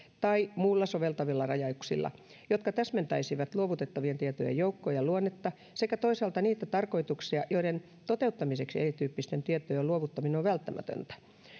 tai muilla soveltuvilla rajauksilla jotka täsmentäisivät luovutettavien tietojen joukkoa ja luonnetta sekä toisaalta niitä tarkoituksia joiden toteuttamiseksi erityyppisten tietojen luovuttaminen on välttämätöntä